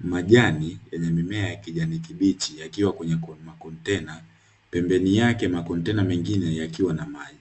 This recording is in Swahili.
Majani yenye mimea ya kijani kibichi yakiwa kwenye makontena, pembeni yake kuna makontena mengine yakiwa na maji,